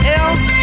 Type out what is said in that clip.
else